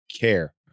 care